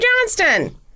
Johnston